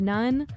None